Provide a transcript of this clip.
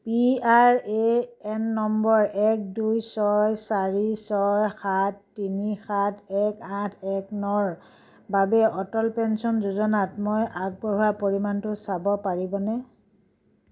P R A N নম্বৰ এক দুই ছয় চাৰি ছয় সাত তিনি সাত এক আঠ এক নৰ বাবে অটল পেঞ্চন যোজনাত মই আগবঢ়োৱা পৰিমাণটো চাব পাৰিবনে